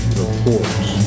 reports